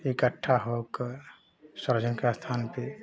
इकठ्ठा होकर सार्वजनिक स्थान पर